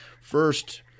first